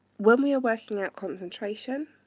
when we are working out concentration,